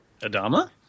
Adama